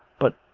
but.